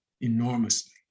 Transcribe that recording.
enormously